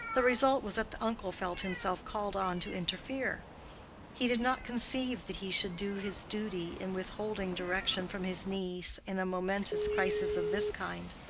the result was that the uncle felt himself called on to interfere he did not conceive that he should do his duty in witholding direction from his niece in a momentous crisis of this kind.